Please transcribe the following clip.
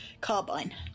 carbine